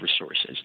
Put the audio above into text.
resources